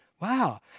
Wow